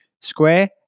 square